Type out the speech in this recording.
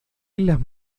islas